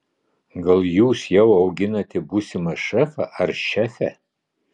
gal jūs jau auginate būsimą šefą ar šefę